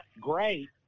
great